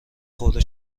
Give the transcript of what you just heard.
خورده